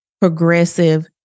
progressive